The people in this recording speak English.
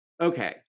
Okay